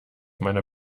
meiner